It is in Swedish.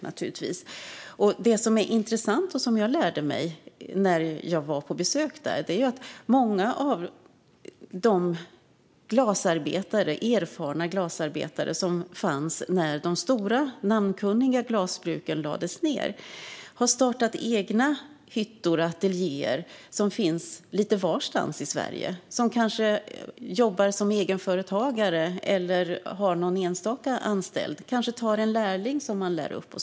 Jag lärde mig något intressant när jag var på besök. Många av de erfarna glasarbetare som fanns när de stora, namnkunniga glasbruken lades ned har startat egna hyttor och ateljéer lite varstans i Sverige. Där jobbar de som egenföretagare och har kanske någon enstaka anställd eller tar en lärling som de lär upp.